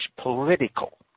political